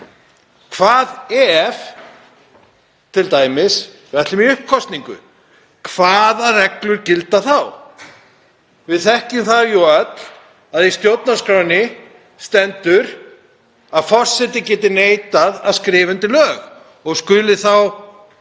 Hvað ef? Hvað ef við ætlum t.d. í uppkosningu, hvaða reglur gilda þá? Við þekkjum það jú öll að í stjórnarskránni stendur að forseti geti neitað að skrifa undir lög og skulu